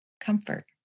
comfort